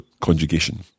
conjugation